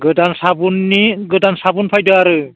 गोदान साबुननि गोदान साबुन फैदों आरो